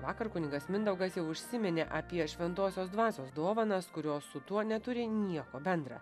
vakar kunigas mindaugas jau užsiminė apie šventosios dvasios dovanas kurios su tuo neturi nieko bendra